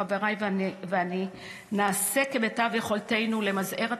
חבריי ואני נעשה כמיטב יכולתנו למזער את